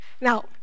Now